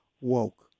woke